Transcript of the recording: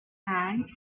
hands